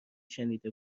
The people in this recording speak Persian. شنیده